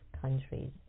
countries